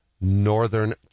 Northern